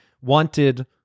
wanted